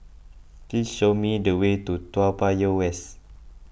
please show me the way to Toa Payoh West